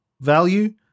value